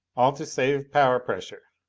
all, to save power pressure,